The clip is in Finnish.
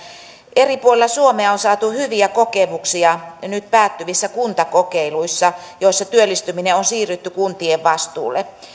eri puolilla suomea on saatu hyviä kokemuksia nyt päättyvissä kuntakokeiluissa joissa työllistyminen on on siirretty kuntien vastuulle